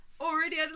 already